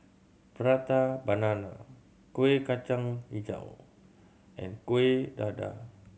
Prata Banana Kueh Kacang Hijau and Kuih Dadar